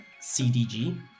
CDG